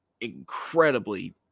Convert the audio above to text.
incredibly